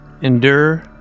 endure